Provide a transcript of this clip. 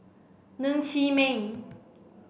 Ng Chee Meng